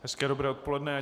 Hezké dobré odpoledne.